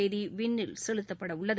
தேதி விண்ணில் செலுத்தப்படவுள்ளது